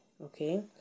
okay